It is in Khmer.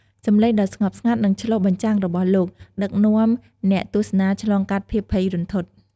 សំឡេងដ៏ស្ងប់ស្ងាត់ និងឆ្លុះបញ្ចាំងរបស់លោក ដឹកនាំអ្នកទស្សនាឆ្លងកាត់ភាពភ័យរន្ធត់ ។